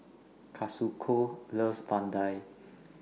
Kazuko loves Vadai